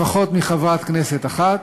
לפחות מחברת כנסת אחת,